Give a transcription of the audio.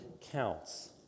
counts